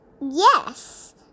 Yes